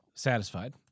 Satisfied